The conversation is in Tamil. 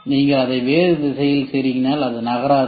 நீங்கள் அதை வேறு திசையில் செருகினால்அது நகராது